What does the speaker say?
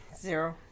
Zero